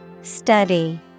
Study